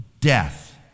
Death